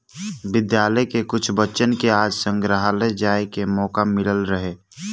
विद्यालय के कुछ बच्चन के आज संग्रहालय जाए के मोका मिलल रहे